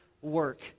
work